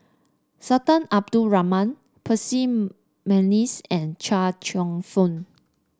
Sultan Abdul Rahman Percy McNeice and Chia Cheong Fook